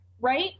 right